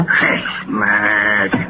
Christmas